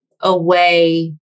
away